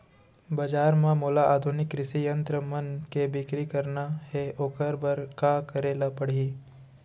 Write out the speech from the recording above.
बजार म मोला आधुनिक कृषि यंत्र मन के बिक्री करना हे ओखर बर का करे ल पड़ही?